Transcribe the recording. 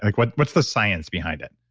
like what's what's the science behind it?